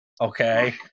okay